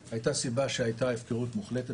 אבל יש כאן שני דברים שאולי הייתי חושב שצריכים לדון עליהם.